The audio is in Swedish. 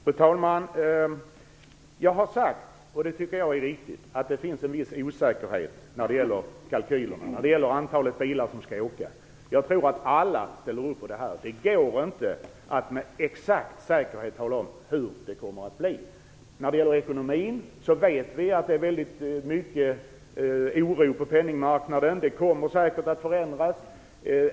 Fru talman! Jag har sagt, och det tycker jag är viktigt, att det finns en viss osäkerhet när det gäller kalkylerna och när det gäller antalet bilar som skall trafikera bron. Jag tror att alla kan ställa upp på att det inte går att med exakt säkerhet tala om hur det kommer att bli. När det gäller ekonomin vet vi att det är stor oro på penningmarknaden, vilket säkert kommer att förändras.